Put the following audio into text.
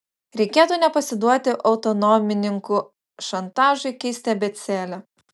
reikėtų nepasiduoti autonomininkų šantažui keisti abėcėlę